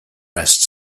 rest